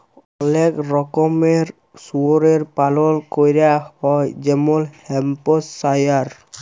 অলেক রকমের শুয়রের পালল ক্যরা হ্যয় যেমল হ্যাম্পশায়ার